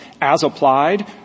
as-applied